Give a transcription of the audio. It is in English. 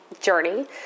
journey